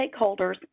stakeholders